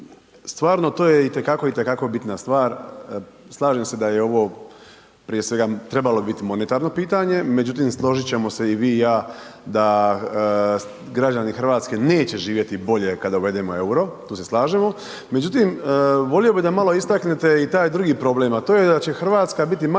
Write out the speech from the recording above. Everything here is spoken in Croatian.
Stvarno to je itekako, itekako bitna stvar, slažem se da je ovo prije svega trebalo biti monetarno pitanje međutim, složit ćemo se i vi i ja da građani Hrvatske neće živjeti bolje kada uvedemo euro, tu se slažemo. Međutim, volio bi da malo istaknete i taj drugi problem a to je da će Hrvatska biti